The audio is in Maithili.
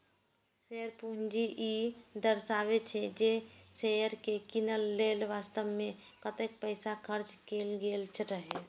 शेयर पूंजी ई दर्शाबै छै, जे शेयर कें कीनय लेल वास्तव मे कतेक पैसा खर्च कैल गेल रहै